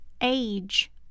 age